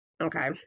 okay